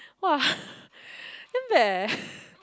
!wah! damn bad eh